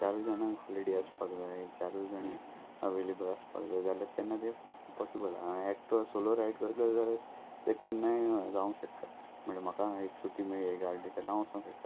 चारू जाणांक हॉलिडे आसपाक जाय चारूय जाणां अवेलेबल आसपाक जाय जाल्यार तेन्ना ते पॉसिबल आहा हांगा एकटो सोलो रायड करतलो जाल्यार ते केन्नाय जावंक शकता म्हणल्या म्हाका एक सुटी मेळळी एक आठ दीस जाल्या हांव वसोंक शकतां